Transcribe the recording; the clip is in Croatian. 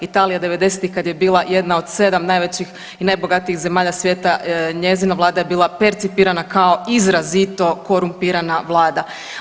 Italija '90.-tih kad je bila jedna od 7 najvećih i najbogatijih zemalja svijeta njezina vlada je bila percipirana kao izrazito korumpirana vlada.